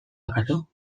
akaso